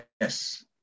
Yes